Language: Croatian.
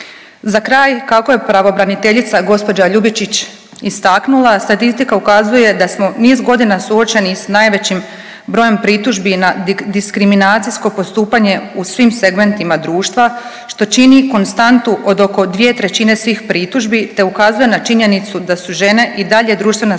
Za kraj, kako je pravobraniteljica gđa. Ljubičić istaknula statistika ukazuje da smo niz godina suočeni s najvećim brojem pritužbi na diskriminacijsko postupanje u svim segmentima društva, što čini konstantu od oko 2/3 svih pritužbi, te ukazuje na činjenicu da su žene i dalje društvena